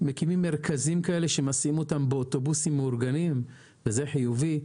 מקימים מרכזים כאלה שמסיעים אותן באוטובוסים מאורגנים וזה חיובי,